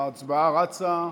ההצבעה רצה,